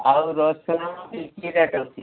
ଆଉ ରସୁଣ କି କି ରେଟ୍ ଅଛି